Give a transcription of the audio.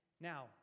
Now